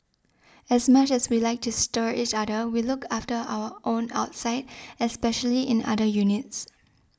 as much as we like to stir each other we look after our own outside especially in other units